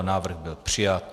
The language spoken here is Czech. Návrh byl přijat.